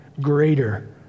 greater